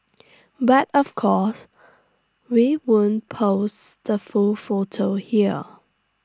but of course we won't post the full photo here